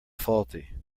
faulty